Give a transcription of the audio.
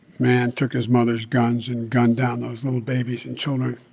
man took his mother's guns and gunned down those little babies and children.